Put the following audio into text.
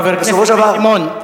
חבר הכנסת בן-סימון,